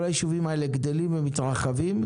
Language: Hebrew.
כל היישובים האלה גדלים ומתרחבים,